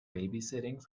babysitting